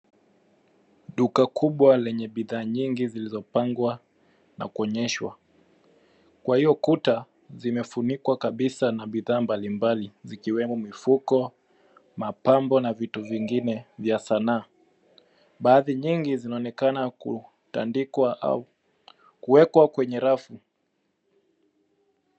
Duka kubwa lenye bidhaa nyingi zilizopangwa na kuonyeshwa. kwa hiyo kuta zimefunikwa kabisa na bidhaa mbalimbali zikiwemo mifuko, mapambo na vitu vingine vya sanaa. Baadhi nyingi zinaonekana kutandikwa au kuwekwa kwenye rafu.